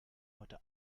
heute